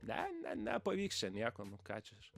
ne ne nepavyks čia nieko nu ką čia ž